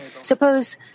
Suppose